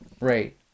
Right